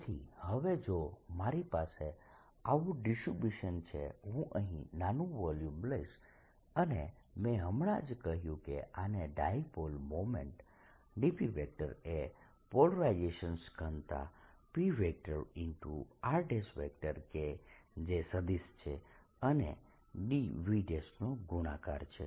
તેથી હવે જો મારી પાસે આવું ડિસ્ટ્રિબ્યુશન છે હું અહીં નાનું વોલ્યુમ લઈશ અને મેં હમણાં જ કહ્યું કે આની ડાયપોલ મોમેન્ટ dP એ પોલરાઇઝેશન ઘનતા p r કે જે સદિશ છે અને dV નો ગુણાકાર છે